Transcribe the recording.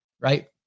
right